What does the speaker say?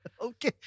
Okay